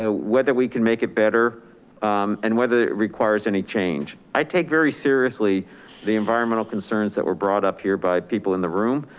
ah whether we can make it better and whether it requires any change. i take very seriously the environmental concerns that were brought up here by people in the room,